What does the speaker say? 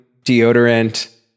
deodorant